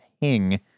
Hing